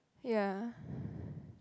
ya